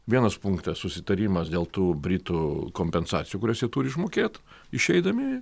vienas punktas susitarimas dėl tų britų kompensacijų kurias jie turi išmokėt išeidami